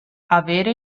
avere